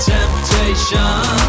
Temptation